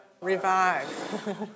Revive